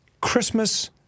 Christmas